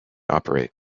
operate